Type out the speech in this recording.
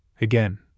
again